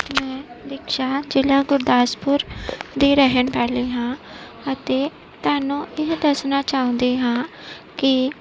ਮੈਂ ਦਿਕਸ਼ਾ ਜ਼ਿਲ੍ਹਾ ਗੁਰਦਾਸਪੁਰ ਦੀ ਰਹਿਣ ਵਾਲੀ ਹਾਂ ਅਤੇ ਤੁਹਾਨੂੰ ਇਹ ਦੱਸਣਾ ਚਾਹੁੰਦੀ ਹਾਂ ਕਿ